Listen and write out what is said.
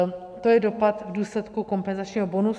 To je dopad důsledku kompenzačního bonusu.